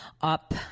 up